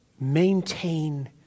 maintain